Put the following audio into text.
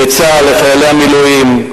לצה"ל, לחיילי המילואים.